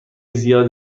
زیاد